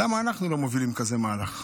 למה אנחנו לא מובילים כזה מהלך?